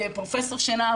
פרופ' שנער